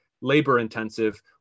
labor-intensive